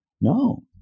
no